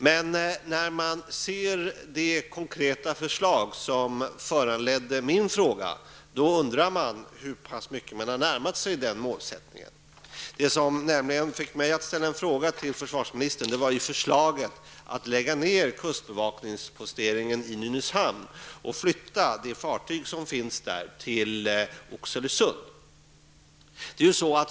Men när jag ser det konkreta förslag som föranledde min fråga, undrar jag hur pass mycket man har närmat sig den målsättningen. Det som fick mig att ställa en fråga till försvarsministern var förslaget att lägga ned kustbevakningsposteringen i Nynäshamn och flytta de fartyg som finns där till Oxelösund.